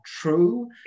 true